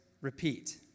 repeat